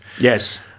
Yes